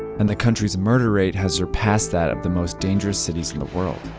and the country's murder rate has surpassed that of the most dangerous cities in the world.